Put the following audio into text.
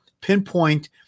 pinpoint